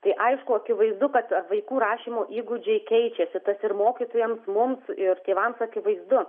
tai aišku akivaizdu kad vaikų rašymo įgūdžiai keičiasi tas ir mokytojams mums ir tėvams akivaizdu